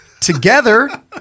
Together